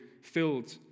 filled